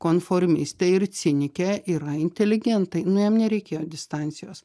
konformistę ir cinikę yra inteligentai nu jam nereikėjo distancijos